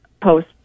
post